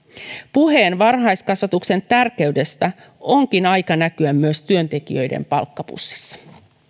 puheen varhaiskasvatuksen tärkeydestä onkin aika näkyä myös työntekijöiden palkkapussissa